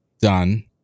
done